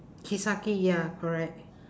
kiseki ya correct